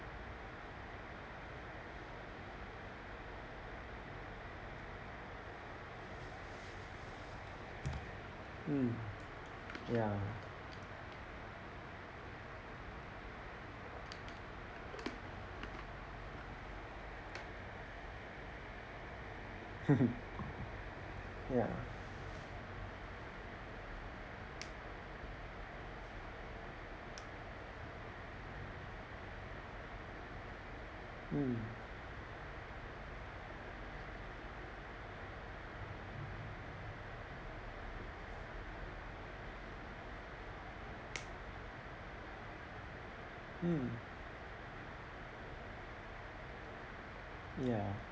mm ya ya mm mm ya